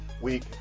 Week